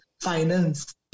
finance